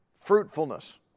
fruitfulness